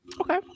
Okay